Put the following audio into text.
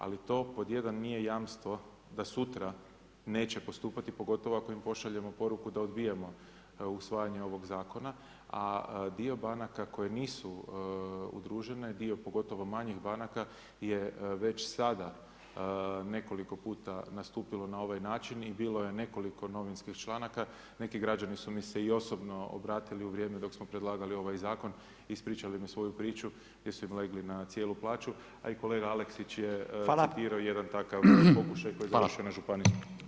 Ali to pod 1 nije jamstvo da sutra neće postupati, pogotovo ako im pošaljemo poruku da odbijamo usvajanje ovog zakona, a dio banaka koje nisu udružene, dio pogotovo manjih banaka je već sada nekoliko puta nastupilo na ovaj način i bilo je nekoliko novinskih članaka, neki građani su mi se i osobno obratili u vrijeme dok smo predlagali ovaj zakon i ispričali mi svoju priču gdje su im legli na cijelu plaću, a i kolega Aleksić je citirao jedan takav pokušaj koji je završio na županijskom.